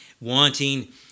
wanting